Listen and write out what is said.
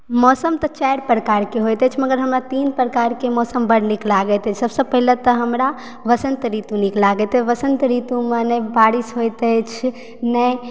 मौसम तऽ चारि प्रकारके होइत अछि मगर हमरा तीन प्रकारके मौसम बड्ड नीक लागैत अछि सभसँ पहिले तऽ हमरा वसन्त ऋतु नीक लागैत अछि वसन्त ऋतुमे नहि बारिश होइत अछि नहि